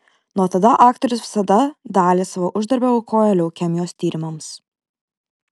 nuo tada aktorius visada dalį savo uždarbio aukoja leukemijos tyrimams